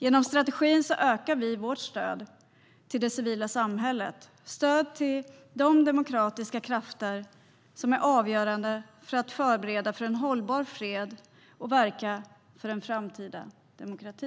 Genom strategin ökar vi vårt stöd till det civila samhället samt stödet till de demokratiska krafter som är avgörande för att förbereda för en hållbar fred och verka för en framtida demokrati.